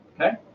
okay